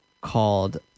called